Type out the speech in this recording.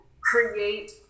create